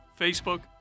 Facebook